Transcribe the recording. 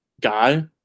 guy